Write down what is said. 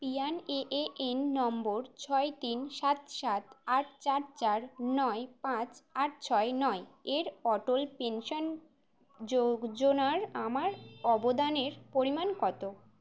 PRAN নম্বর ছয় তিন সাত সাত আট চার চার নয় পাঁচ আট ছয় নয় এর অটল পেনশন যোজনার আমার অবদানের পরিমাণ কত